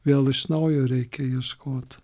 vėl iš naujo reikia ieškot